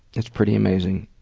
it's pretty amazing.